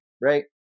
right